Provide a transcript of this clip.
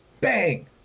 bang